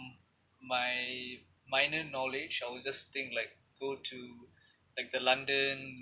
my minor knowledge I will just think like go to like the london